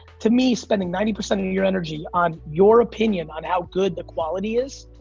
to me, spending ninety percent of your energy on your opinion on how good the quality is,